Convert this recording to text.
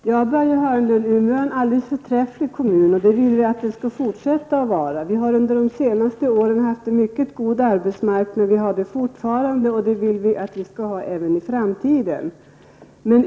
Herr talman! Ja, Umeå kommun, Börje Hörnlund, är en förträfflig kommun, och det vill vi att Umeå kommun skall fortsätta att vara. Under de senaste åren har vi haft en mycket god arbetsmarknad, och så vill vi att det skall vara även i framtiden.